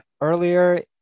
earlier